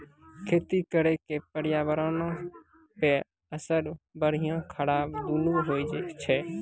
खेती करे के पर्यावरणो पे असर बढ़िया खराब दुनू होय छै